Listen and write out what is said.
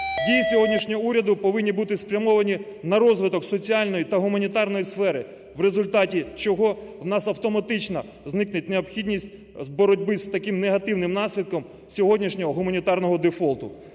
Дії сьогоднішнього уряду повинні бути спрямовані на розвиток соціальної та гуманітарної сфери, в результаті чого у нас автоматично зникне необхідність боротьби з таким негативним наслідком сьогоднішнього гуманітарного дефолту.